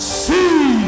see